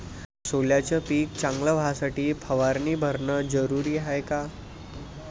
सोल्याचं पिक चांगलं व्हासाठी फवारणी भरनं जरुरी हाये का?